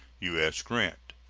u s. grant.